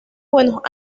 buenos